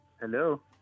Hello